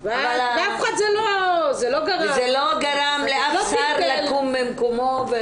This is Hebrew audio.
ואף אחד זה לא --- זה לא גרם לאף שר לקום ממקומו.